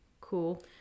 Cool